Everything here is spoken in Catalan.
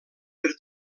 per